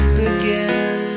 begin